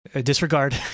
disregard